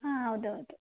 ಹಾಂ ಹೌದೌದು